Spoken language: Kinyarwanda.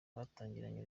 batangiranye